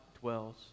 dwells